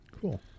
cool